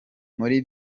muri